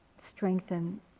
strengthen